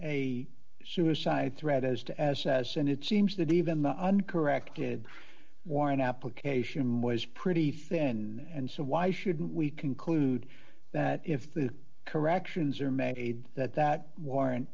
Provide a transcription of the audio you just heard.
a suicide threat as to as as and it seems that even the uncorrected warrant application was pretty thin and so why shouldn't we conclude that if the corrections are made that that warrant